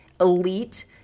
elite